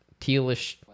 tealish